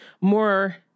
more